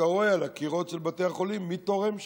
אתה רואה על הקירות של בתי החולים מי תורם שם.